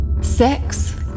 Sex